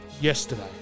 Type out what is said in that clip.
yesterday